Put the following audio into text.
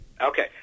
Okay